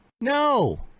No